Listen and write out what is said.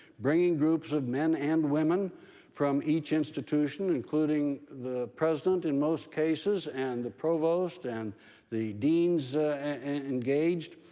bringing groups of men and women from each institution, including the president in most cases, and the provost and the deans engaged.